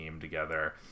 together